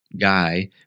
guy